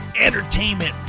entertainment